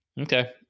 okay